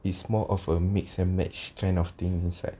it's more of a mix and match kind of thing it's like